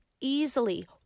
easily